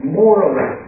morally